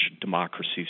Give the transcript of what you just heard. democracies